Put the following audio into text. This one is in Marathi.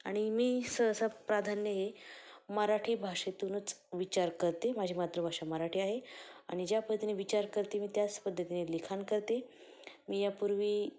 आणि मी सहसा प्राधान्य हे मराठी भाषेतूनच विचार करते माझी मातृभाषा मराठी आहे आणि ज्या पद्धतीने विचार करते मी त्याच पद्धतीने लिखाण करते मी यापूर्वी